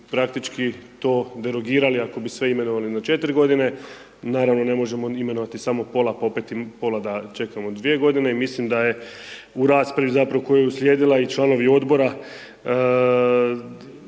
praktički to derogirali ako bi sve imenovali na 4 godine. Naravno ne možemo imenovati samo pola, pa opet pola da čekamo dvije godine i mislim da je u raspravi koja je uslijedila i članovi odbora